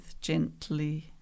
gently